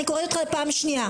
אני קוראת לך לסדר פעם שנייה.